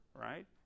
right